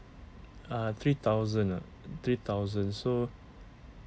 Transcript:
ah three thousand ah three thousand so